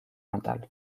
natal